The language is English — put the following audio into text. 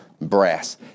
brass